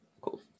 Cool